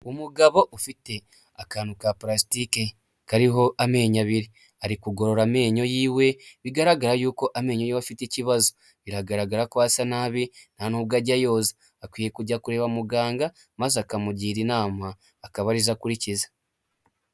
Umugabo ufite akantu ka palastike kariho amenyo abiri, ari kugorora amenyo yiwe, bigaragara yuko amenyo afite ikibazo biragaragara ko asa nabi nta ntanubwo ajya ayoza, akwiye kujya kureba muganga maze akamugira inama akaba arizo akurikiza.